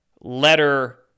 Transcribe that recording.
letter